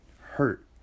hurt